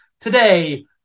Today